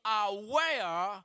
aware